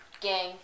gang